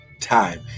time